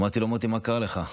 אמרתי לו: מוטי, מה קרה לך?